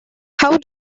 how